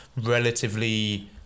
Relatively